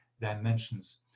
dimensions